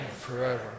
forever